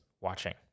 watching